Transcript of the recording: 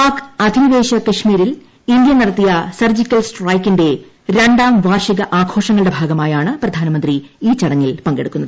പാക് അധിനിവേശ കശ്മീരിൽ ഇന്ത്യ നടത്തിയ സർജിക്കൽ സ്ട്രൈക്കിന്റെ രണ്ടാം വാർഷിക ആഘോഷങ്ങളുടെ ഭാഗമായാണ് പ്രധാനമന്ത്രി ഈ ചടങ്ങിൽ പങ്കെടുക്കുന്നത്